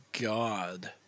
God